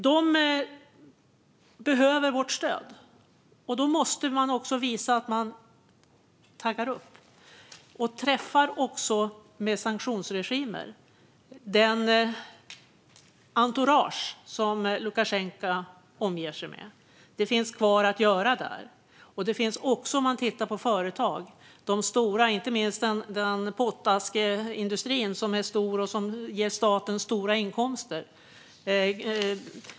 De behöver vårt stöd, och då måste man visa att man taggar upp och också träffar med sanktionsregimer. När det gäller det entourage som Lukasjenko omger sig med finns det saker kvar att göra. Det gäller också de stora företagen, inte minst inom industrin för pottaska, som är stor och ger staten stora inkomster.